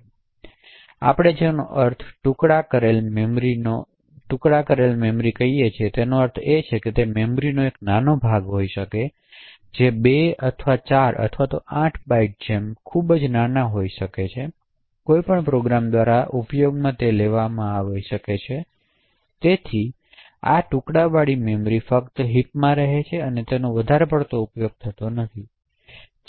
તેથી આપણે જેનો અર્થ ટુકડા કરેલા મેમરીનો અર્થ છે તે તે છે કે તે મેમરીનો નાનો ભાગ હોઈ શકે 2 અથવા 4 અથવા 8 બાઇટ્સ જે ખૂબ જ નાના હોય કોઈપણ પ્રોગ્રામ દ્વારા ઉપયોગમાં લેવામાં આવે છે તેથી આ ટુકડાવાળી મેમરી ફક્ત હિપમાં રહે છે અને તેનો વધારે ઉપયોગ થતો નથી તેથી